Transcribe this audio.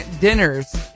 dinners